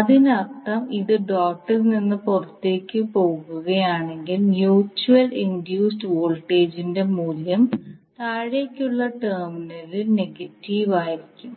അതിനർത്ഥം അത് ഡോട്ടിൽ നിന്ന് പുറത്തേക്ക് പോകുകയാണെങ്കിൽ മ്യൂച്വൽ ഇൻഡ്യൂസ്ഡ് വോൾട്ടേജിന്റെ മൂല്യം താഴേക്കുള്ള ടെർമിനലിൽ നെഗറ്റീവ് ആയിരിക്കും